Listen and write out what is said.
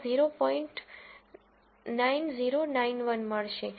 9091 મળશે